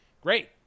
great